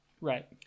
Right